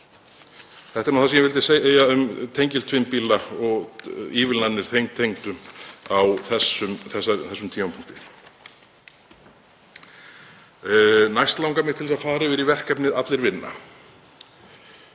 Þetta er það sem ég vildi segja um tengiltvinnbíla og ívilnanir þeim tengdar á þessum tímapunkti. Næst langar mig til að fara yfir í verkefnið Allir vinna.